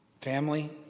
Family